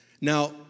Now